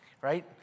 right